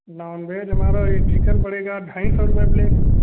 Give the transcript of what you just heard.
non-veg हमारा एक chicken पड़ेगा ढाई सौ रुपये प्लेट